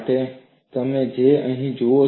તે તમે અહીં જુઓ છો